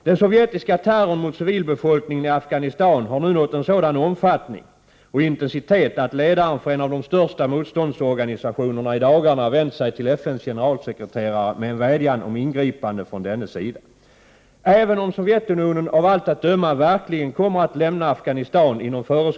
Den sovjetiska terrorn mot civilbefolkningen i Afghanistan har nu nått en sådan omfattning och intensitet att ledaren för en av de största motståndsorganisationerna i dagarna vänt sig till FN:s generalsekreterare med en vädjan om ingripande från dennes sida. Även om Sovjetunionen av allt att döma verkligen kommer att lämna Afghanistan inom föreskriven tid kan inte hänsynslösa övergrepp av det slag vi nu upplever ursäktas. Vi måste reagera med kraft i olika internationella fora och direkt till Sovjetunionens regering.